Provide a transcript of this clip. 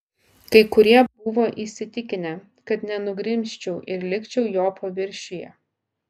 kai kurie buvo įsitikinę kad nenugrimzčiau ir likčiau jo paviršiuje